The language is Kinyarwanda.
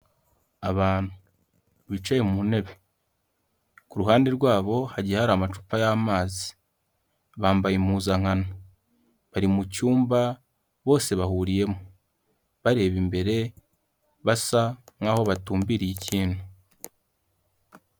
Abantu bicaye mu ntebe ku ruhande rwabo hagiye hari amacupa y'amazi, bambaye impuzankano bari mu cyumba bose bahuriyemo bareba imbere basa nkaho batumbiriye ikintu.